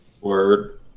Word